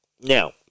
Now